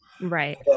Right